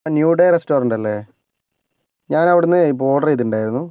new day റെസ്റ്റോറൻറ്റല്ലേ ഞാനവിടന്നേ ഇപ്പോൾ ഓർഡർ ചെയ്തിട്ടുണ്ടായിരുന്നു